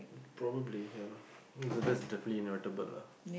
probably ya so that's definitely notable lah